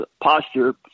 posture